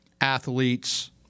athletes